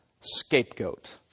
Scapegoat